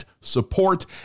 support